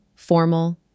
formal